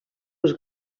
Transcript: was